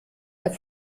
der